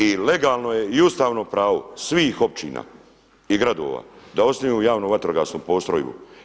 I legalno je i ustavno pravo svih općina i gradova da osnuju javnu vatrogasnu postrojbu.